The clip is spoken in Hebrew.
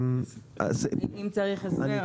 אפשר הסבר על זה?